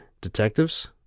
Detectives